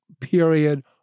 period